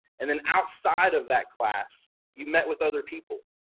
and then outside of that class, you met with other people.